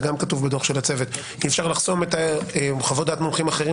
את חוות דעת המומחים האחרים